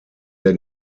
der